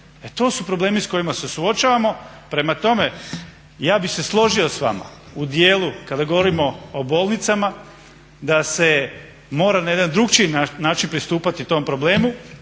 to su problemi sa kojima se suočavamo. Prema tome, ja bih se složio sa vama u dijelu kada govorimo o bolnicama da se mora na jedan drukčiji način pristupati tom problemu